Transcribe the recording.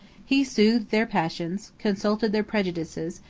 he soothed their passions, consulted their prejudices,